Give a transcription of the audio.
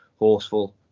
Horseful